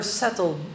settled